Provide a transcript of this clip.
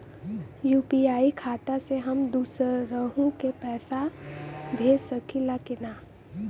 UPI खाता से हम दुसरहु के पैसा भेज सकीला की ना?